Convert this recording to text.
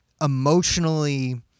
emotionally